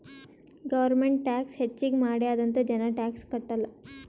government tax ಹೆಚ್ಚಿಗ್ ಮಾಡ್ಯಾದ್ ಅಂತ್ ಜನ ಟ್ಯಾಕ್ಸ್ ಕಟ್ಟಲ್